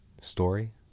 story